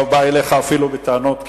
אני לא בא אליך אפילו בטענות,